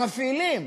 המפעילים,